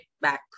back